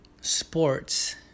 sports